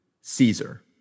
Caesar